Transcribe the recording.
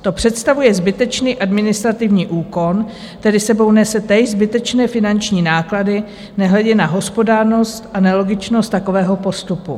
To představuje zbytečný administrativní úkon, který s sebou nese též zbytečné finanční náklady, nehledě na hospodárnost a nelogičnost takového postupu.